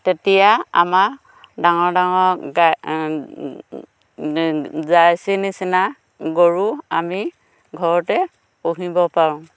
তেতিয়া আমাৰ ডাঙৰ ডাঙৰ গাই জাৰ্চী নিচিনা গৰু আমি ঘৰতে পুহিব পাৰোঁ